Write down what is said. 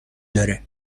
داره